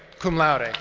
cum laude.